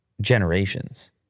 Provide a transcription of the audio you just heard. generations